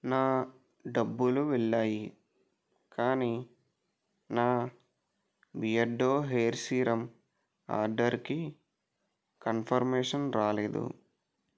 నా డబ్బులు వెళ్ళాయి కానీ నా బియర్డో హెయిర్ సీరమ్ ఆర్డర్కి కన్ఫర్మేషన్ రాలేదు